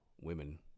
women